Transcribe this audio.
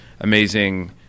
amazing